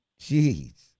Jeez